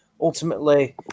ultimately